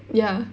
ya